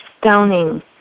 stoning